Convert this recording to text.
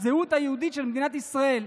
לזהות היהודית של מדינת ישראל.